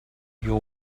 your